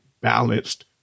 balanced